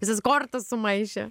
visas kortas sumaišė